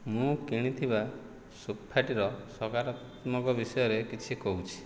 ମୁଁ କିଣିଥିବା ସୋଫାଟିର ସକାରତ୍ମକ ବିଷୟରେ କିଛି କହୁଛି